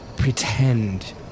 pretend